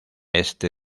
este